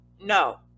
No